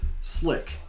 slick